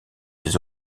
des